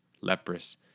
leprous